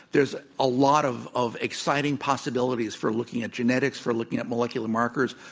there's a lot of of exciting possibilities for looking at genetics, for looking at molecular markers.